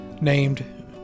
named